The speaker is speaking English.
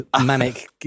manic